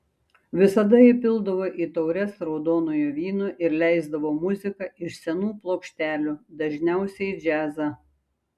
visada įpildavo į taures raudonojo vyno ir leisdavo muziką iš senų plokštelių dažniausiai džiazą